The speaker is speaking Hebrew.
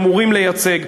אמורים לייצג.